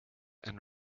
and